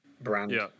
brand